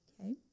Okay